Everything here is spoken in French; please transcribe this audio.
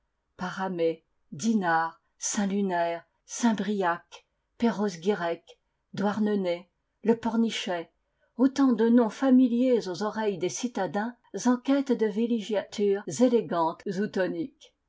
paramé dinard saint lunaire saint briac perros guirec douarnenez le pornichet autant de noms familiers aux oreilles des citadins en quête de villégiatures élégantes ou toniques